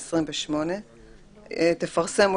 תפרסם,